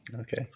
Okay